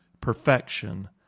perfection